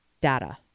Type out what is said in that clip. data